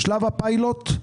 שלב הפיילוט,